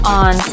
on